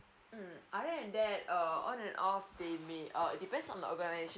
mm other than that err on and off they may err depends on the organisation